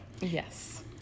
Yes